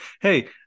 hey